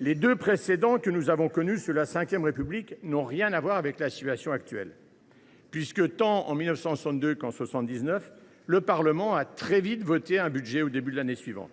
Les deux précédents que nous avons connus sous la V République n’ont rien à voir avec la situation actuelle, puisque, tant en 1962 qu’en 1979, le Parlement avait très vite voté un budget au début de l’année suivante.